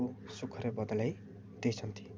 ସୁଖରେ ବଦଲାଇ ଦେଇଛନ୍ତି